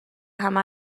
همه